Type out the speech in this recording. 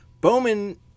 Bowman